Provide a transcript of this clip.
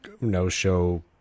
no-show